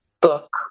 book